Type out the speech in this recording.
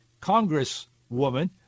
Congresswoman